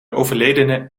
overledene